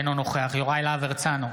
אינו נוכח יוראי להב הרצנו,